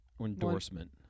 endorsement